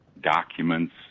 documents